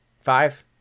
five